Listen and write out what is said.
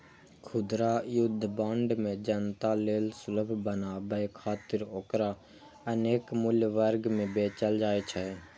खुदरा युद्ध बांड के जनता लेल सुलभ बनाबै खातिर ओकरा अनेक मूल्य वर्ग मे बेचल जाइ छै